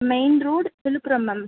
main road Villupuram ma'am